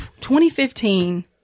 2015